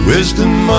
Wisdom